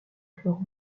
fleurs